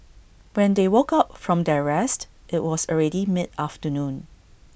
when they woke up from their rest IT was already mid afternoon